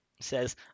says